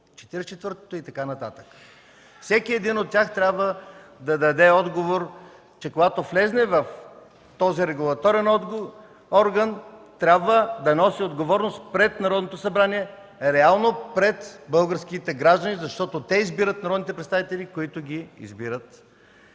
четвъртото и така нататък? Всеки един от тях трябва да даде отговор, че когато влезе в този регулаторен орган, трябва да носи отговорност пред Народното събрание, реално пред българските граждани, защото те избират народните представители, които ги избират